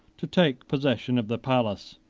to take possession of the palace.